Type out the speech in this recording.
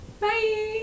bye